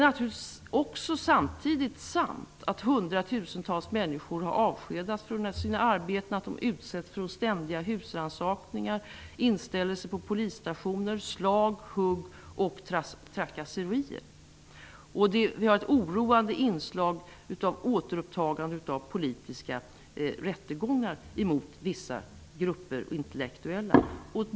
Naturligtvis är det samtidigt sant att hundratusentals människor har avskedats från sina arbeten, utsatts för ständiga husrannsakningar, inställelser på polisstationer, slag, hugg och trakasserier. Vi har ett oroande inslag av återupptagna politiska rättegångar mot vissa grupper av intellektuella. Herr talman!